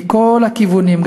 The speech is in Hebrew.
מכל הכיוונים,